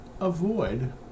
avoid